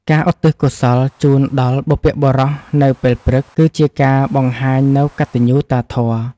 ការឧទ្ទិសកុសលជូនដល់បុព្វបុរសនៅពេលព្រឹក គឺជាការបង្ហាញនូវកតញ្ញូតាធម៌។